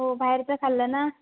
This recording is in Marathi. हो बाहेरचं खाल्लं ना